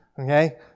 Okay